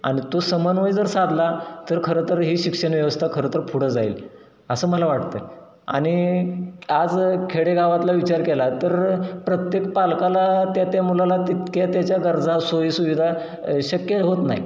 आणि तो समन्वय जर साधला तर खरंतर ही शिक्षण व्यवस्था खरं तर पुढं जाईल असं मला वाटतंय आणि आज खेडेगावातला विचार केला तर प्रत्येक पालकाला त्या त्या मुलाला तितक्या त्याच्या गरजा सोयीसुविधा शक्य होत नाही